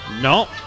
No